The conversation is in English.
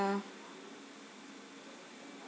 ya